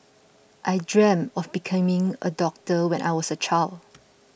I dreamt of becoming a doctor when I was a child